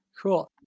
Cool